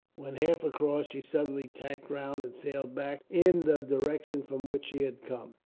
when half across, she suddenly tacked round and sailed back in the direction from which she had come.